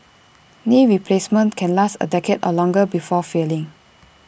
knee replacements can last A decade or longer before failing